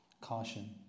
caution